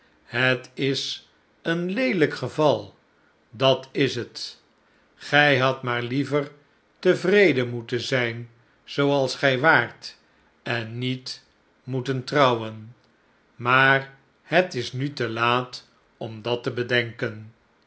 het is eenleelijk geval dat is het gij hadt maar lievertevreden moeten zijn zooals gij waart en niet moeten trouwen maar het is nu te laat om dat te bedenken